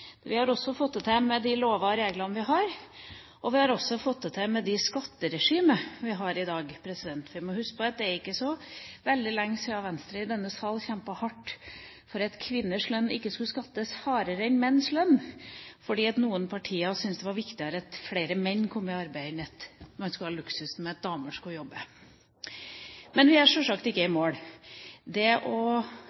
vi har også fått det til med det skatteregimet vi har i dag. Vi må huske på at det ikke er så veldig lenge siden Venstre i denne sal kjempet hardt for at kvinners lønn ikke skulle skattes hardere enn menns lønn, fordi noen partier syntes det var viktigere at flere menn kom i arbeid enn at man skulle ha luksusen med at damer skulle jobbe. Men vi er sjølsagt ikke i